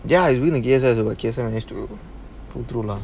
ya is bigger to P_S_L you know P_S_L use to pull through lah